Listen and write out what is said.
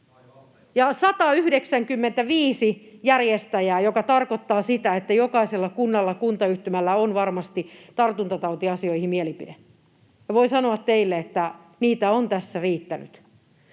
on 195 järjestäjää, mikä tarkoittaa sitä, että jokaisella kunnalla, kuntayhtymällä on varmasti tartuntatautiasioihin mielipide, ja voin sanoa teille, että niitä on tässä riittänyt.